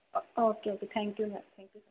ਓ okay ਜੀ thank you ma'am thank you